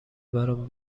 برام